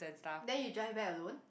then you drive back alone